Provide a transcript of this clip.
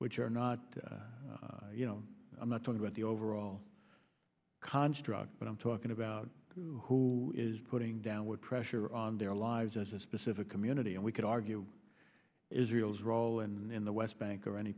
which are not you know i'm not talking about the overall construct but i'm talking about who is putting downward pressure on their lives as a specific community and we could argue israel's role and in the west bank or any